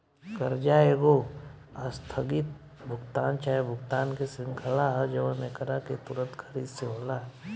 कर्जा एगो आस्थगित भुगतान चाहे भुगतान के श्रृंखला ह जवन एकरा के तुंरत खरीद से होला